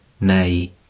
nay